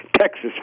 Texas